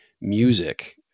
music